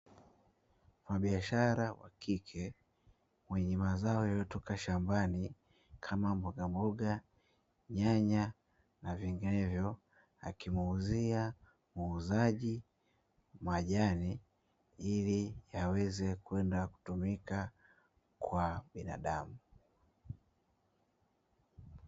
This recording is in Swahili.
Mfanyabiashara wakike mwenye mazao yaliyotoka shambani kama mbogamboga, nyanya, na vinginevyo akimuuzia muuzaji majani ili yaweze kwenda kutumika kwa binadamu.